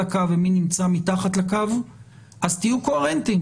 הקו ומי נמצא מתחת לקו אז תהיו קוהרנטיים.